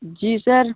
जी sir